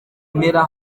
mirror